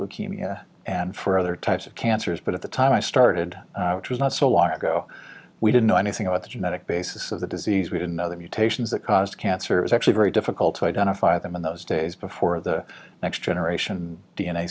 leukemia and for other types of cancers but at the time i started which was not so long ago we didn't know anything about the genetic basis of the disease we didn't know the mutations that caused cancer is actually very difficult to identify them in those days before the next generation d